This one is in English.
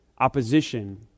opposition